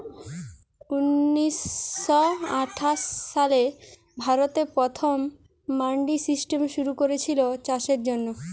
ঊনিশ শ আঠাশ সালে ভারতে প্রথম মান্ডি সিস্টেম শুরু কোরেছিল চাষের জন্যে